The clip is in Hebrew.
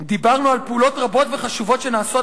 "דיברנו על פעולות רבות וחשובות שנעשות